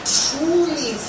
truly